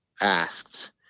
asked